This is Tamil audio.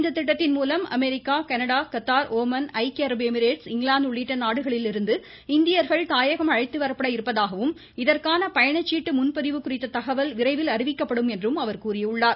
இத்திட்டத்தின் மூலம் அமெரிக்கா கனடா கத்தார் ஓமன் ஐக்கிய அரபு எமிரேட்ஸ் இங்கிலாந்து உள்ளிட்ட நாடுகளிலிருந்து இந்தியர்கள் தாயகம் அழைத்து வரப்பட இருப்பதாகவும் இதற்கான பயணச்சீட்டு முன்பதிவு குறித்த தகவல் விரைவில் அறிவிக்கப்படும் எனவும் தெரிவித்தார்